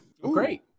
Great